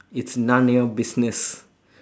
it's narnia business